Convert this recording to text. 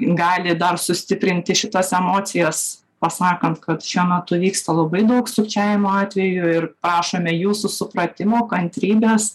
gali dar sustiprinti šitas emocijas pasakant kad šiuo metu vyksta labai daug sukčiavimo atvejų ir prašome jūsų supratimo kantrybės